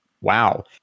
wow